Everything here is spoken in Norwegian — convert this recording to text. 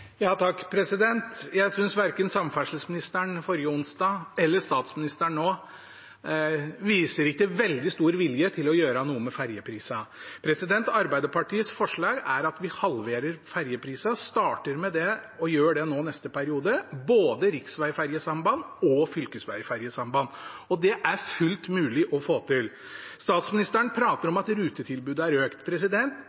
å gjøre noe med ferjeprisene. Arbeiderpartiets forslag er at vi halverer ferjeprisene, at vi starter med det og gjør det nå neste periode – både riksvegferjesamband og fylkesvegferjesamband. Det er fullt mulig å få til. Statsministeren prater